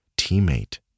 teammate